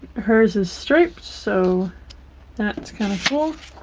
hers is striped so that's kind of cool.